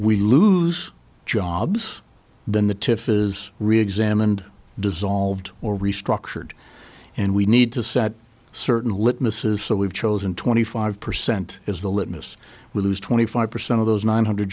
we lose jobs then the to fizz reexamined dissolved or restructured and we need to set certain litmus is so we've chosen twenty five percent is the litmus we lose twenty five percent of those nine hundred